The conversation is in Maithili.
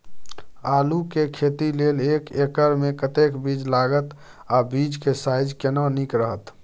आलू के खेती लेल एक एकर मे कतेक बीज लागत आ बीज के साइज केना नीक रहत?